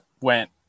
went